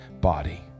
body